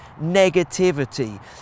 negativity